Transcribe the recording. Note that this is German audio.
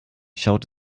schaut